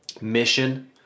mission